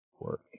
work